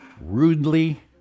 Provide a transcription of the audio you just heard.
Rudely